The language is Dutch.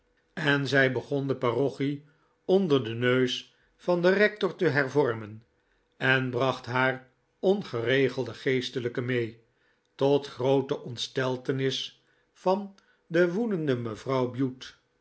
en zij begon de parochie onder den neus van den rector te hervormen en bracht haar ongeregelde geestelijken mee tot groote ontsteltenis van de woedende mevrouw bute